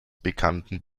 bekannten